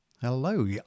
hello